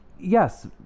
Yes